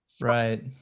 right